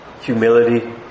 humility